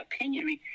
opinion